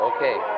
Okay